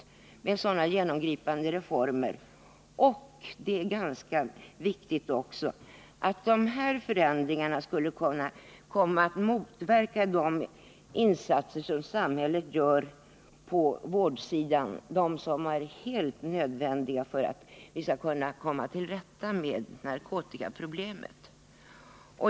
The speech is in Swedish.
Det är ju fråga om mycket genomgripande reformer. Det är också ganska viktigt att dessa förändringar skulle kunna komma att motverka de insatser som samhället gör på vårdsidan — insatser som är helt nödvänd:ga för att vi skall kunna komma till rätta med narkotikaproblemet.